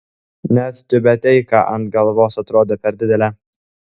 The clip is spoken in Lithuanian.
net tiubeteika ant galvos atrodė per didelė